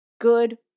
good